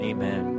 Amen